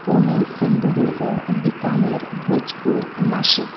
पुणे सिंधुदुर्ग बिकानेर भोजपुर आनी नाशिक